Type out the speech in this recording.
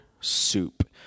soup